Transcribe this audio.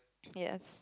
yes